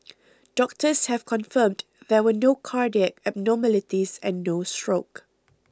doctors have confirmed there were no cardiac abnormalities and no stroke